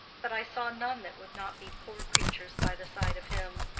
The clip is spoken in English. but i saw none that would not be poor creatures by the side of him.